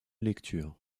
lecture